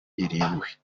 irindwi